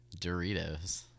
Doritos